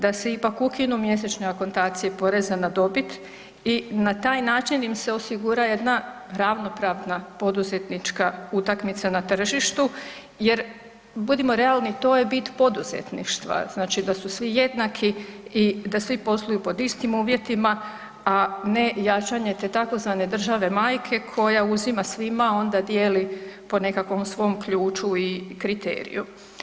Da se ipak ukinu mjesečne akontacije poreza na dobit i na taj način im se osigura jedna ravnopravna poduzetnička utakmica na tržištu jer, budimo realni, to je bit poduzetništva, da su svi jednaki i da svi posluju pod istim uvjetima, a ne jačanje te tzv. države majke koja uzima svima i onda dijeli po nekakvom svom ključu i kriteriju.